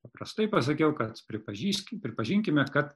paprastai pasakiau kad pripažįski pripažinkime kad